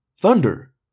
Thunder